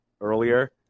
earlier